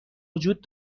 وجود